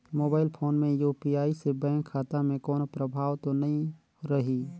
Mobile phone मे UPI से bank खाता मे कोनो प्रभाव तो नइ रही?